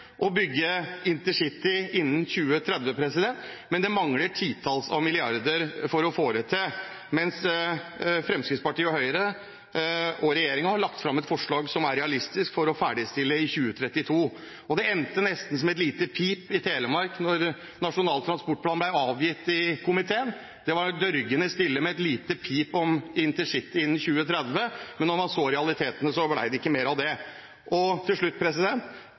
å bygge intercity innen 2030, men det mangler titalls milliarder på å få det til. Regjeringen med Fremskrittspartiet og Høyre har lagt fram et forslag som er realistisk å ferdigstille i 2032. Det endte nesten som et lite pip i Telemark da Nasjonal transportplan ble avgitt i komiteen. Det var dørgende stille, med et lite pip om intercity innen 2030, men da man så realitetene, ble det ikke mer av det. Til slutt: